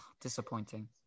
disappointing